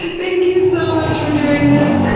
thank you so much for doing this!